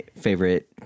favorite